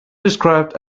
described